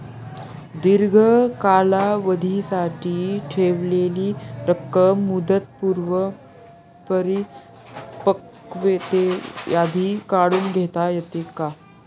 दीर्घ कालावधीसाठी ठेवलेली रक्कम मुदतपूर्व परिपक्वतेआधी काढून घेता येते का?